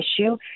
issue